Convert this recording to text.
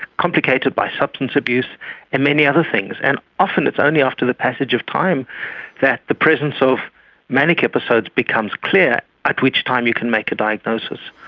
complicated by substance abuse and many other things. and often it's only after the passage of time that the presence of manic episodes become clear, at which time you can make a diagnosis.